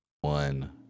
one